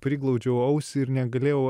priglaudžiau ausį ir negalėjau